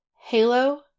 Halo